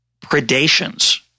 predations